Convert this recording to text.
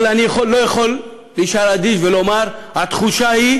אבל אני לא יכול להישאר אדיש ולא לומר: התחושה היא